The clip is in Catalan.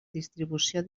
distribució